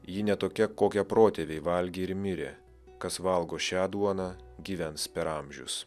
ji ne tokia kokią protėviai valgė ir mirė kas valgo šią duoną gyvens per amžius